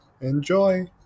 Enjoy